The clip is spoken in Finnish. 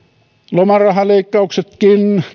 lomarahaleikkauksetkin